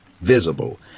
visible